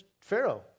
Pharaoh